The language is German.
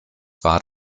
war